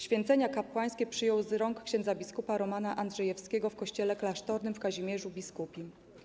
Święcenia kapłańskie przyjął z rąk ks. bp. Romana Andrzejewskiego w kościele klasztornym w Kazimierzu Biskupim.